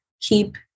keep